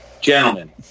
Gentlemen